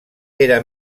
era